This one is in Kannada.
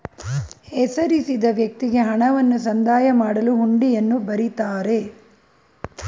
ಹೆಸರಿಸಿದ ವ್ಯಕ್ತಿಗೆ ಹಣವನ್ನು ಸಂದಾಯ ಮಾಡಲು ಹುಂಡಿಯನ್ನು ಬರಿತಾರೆ